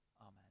Amen